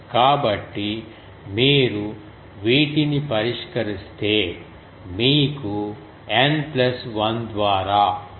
కాబట్టి మీరు వీటిని పరిష్కరిస్తే మీకు N ప్లస్ 1 ద్వారా 2